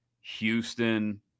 Houston